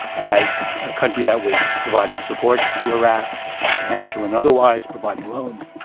as a country that was providing support to iraq financial and otherwise providing loans.